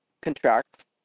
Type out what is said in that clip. contracts